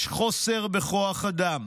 יש חוסר בכוח אדם,